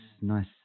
nice